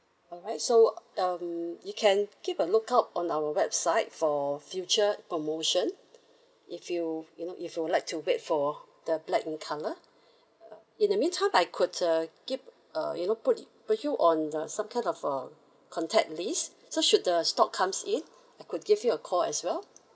alright so um you can keep a lookout on our website for future promotion if you you know if you would like to wait for the black in colour in the mean time I could uh keep uh you know put put you on uh some kind of a contact list so should the stock comes in I could give you a call as well